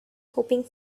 hoping